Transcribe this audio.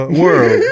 world